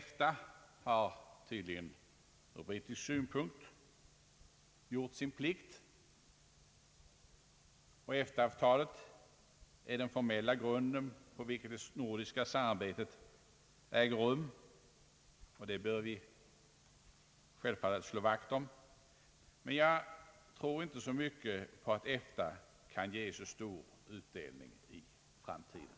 EFTA har tydligen ur brittisk synvinkel gjort sin plikt, och EFTA avtalet är den formella grunden på vilken det nordiska samarbetet äger rum. Det bör vi självfallet slå vakt om. Men jag tror inte mycket på att EFTA kan ge så stor utdelning i framtiden.